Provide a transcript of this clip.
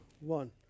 one